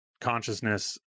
consciousness